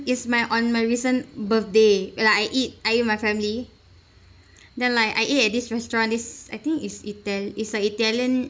is my on my recent birthday like I eat I and my family then like I eat at this restaurant this I think is ital~ is a italian